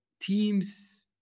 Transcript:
teams